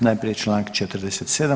Najprije čl. 47.